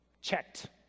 checked